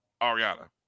Ariana